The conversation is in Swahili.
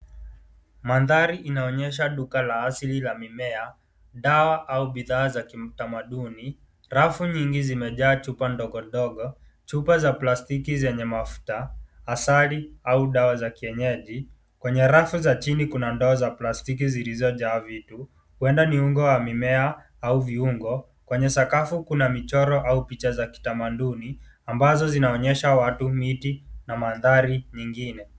Mandhari inaonyesha duka la asili la mimea, dawa au bidhaa za kitamaduni. Rafu nyingi zimejaa chupa ndogondogo, chupa za plastiki zenye mafuta, asali au dawa za kienyeji. Kwenye rafu za chini kuna ndoo za plastiki zilizojaa vitu, huenda ni unga la mimea au viungo. Kwenye sakafu kuna michoro au picha za kitamaduni ambazo zinaonyesha watu, miti na mandhari mingine.